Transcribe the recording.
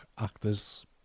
actors